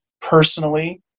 personally